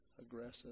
aggressive